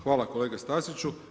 Hvala kolega Staziću.